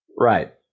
Right